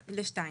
לשניים.